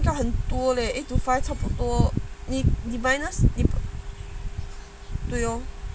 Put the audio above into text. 这样很多 leh eight to five 差不多你你 minus 对 lor